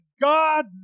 god